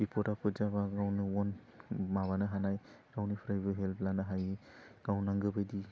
बिफद आफोद जाबा वन माबानो हानाय रावनिफ्रायबो हेल्प लानो हायै गाव नांगौ बायदि